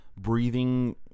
breathing